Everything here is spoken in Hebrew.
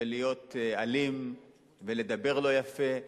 ולהיות אלים ולדבר לא יפה ולאיים.